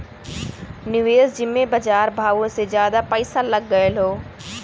निवेस जिम्मे बजार भावो से जादा पइसा लग गएल हौ